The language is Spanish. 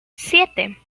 siete